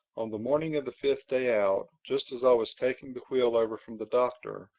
on the morning of the fifth day out, just as i was taking the wheel over from the doctor,